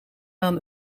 aan